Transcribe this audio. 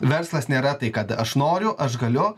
verslas nėra tai kad aš noriu aš galiu